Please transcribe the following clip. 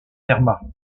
wehrmacht